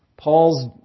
Paul's